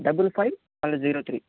double five and zero three